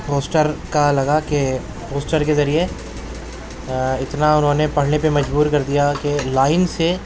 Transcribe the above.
poster کا لگا کہ پوسٹر کے ذریعے اتنا انہوں نے پڑھنے پہ مجبور کر دیا کہ لائن سے